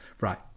Right